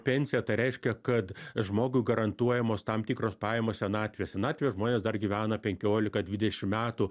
pensija tai reiškia kad žmogui garantuojamos tam tikros pajamos senatvės senatvėje žmonės dar gyvena penkiolika dvidešim metų